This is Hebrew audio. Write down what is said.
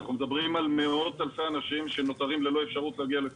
אנחנו מדברים על מאות אלפי אנשים שנותרים ללא אפשרות להגיע לבדיקות.